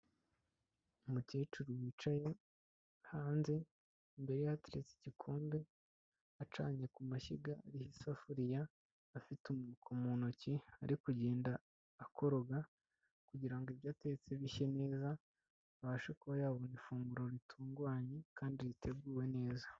Umukecuru wicaye hanze, imbere ye hateretse igikombe, acanye ku mashyiga ariho isafuriya, afite umwuko mu ntoki, ari kugenda akoroga kugira ngo ibyo atetse bishye neza, abashe kuba yabona ifunguro ritunganye kandi riteguwe neza.